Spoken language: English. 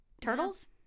turtles